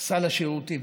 סל השירותים